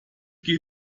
gehe